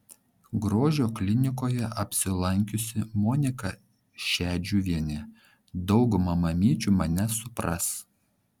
grožio klinikoje apsilankiusi monika šedžiuvienė dauguma mamyčių mane supras